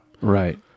Right